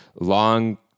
long